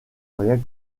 rien